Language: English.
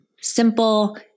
Simple